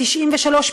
ב-93',